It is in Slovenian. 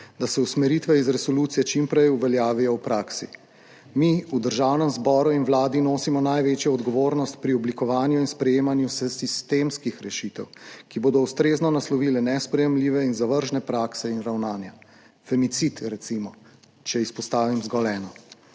da se usmeritve iz resolucije čim prej uveljavijo v praksi. Mi v Državnem zboru in Vladi nosimo največjo odgovornost pri oblikovanju in sprejemanju sistemskih rešitev, ki bodo ustrezno naslovile nesprejemljive in zavržne prakse in ravnanja, recimo femicid, če izpostavim zgolj eno.